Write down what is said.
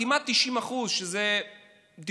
כמעט 90% בדירות